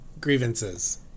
Grievances